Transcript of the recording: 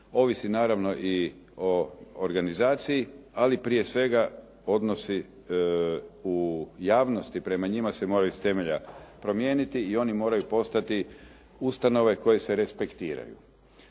Ovisi naravno i o organizaciji, ali prije svega odnosi u javnosti prema njima se moraju iz temelja promijeniti i oni moraju postati ustanove koje se respektiraju.